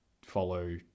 follow